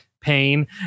pain